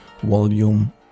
Volume